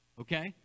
Okay